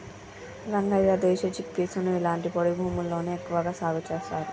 రంగయ్య దేశీ చిక్పీసుని ఇలాంటి పొడి భూముల్లోనే ఎక్కువగా సాగు చేస్తారు